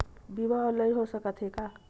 बीमा ऑनलाइन हो सकत हे का?